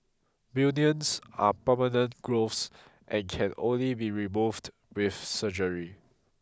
bunions are permanent growths and can only be removed with surgery